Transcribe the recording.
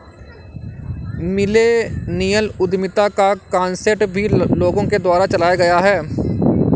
millennial उद्यमिता का concept भी लोगों के द्वारा चलाया गया है